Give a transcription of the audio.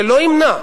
זה לא ימנע.